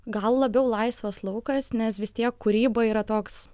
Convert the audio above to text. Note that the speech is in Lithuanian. gal labiau laisvas laukas nes vis tiek kūryba yra toks